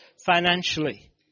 financially